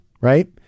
right